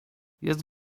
jest